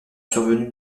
survenu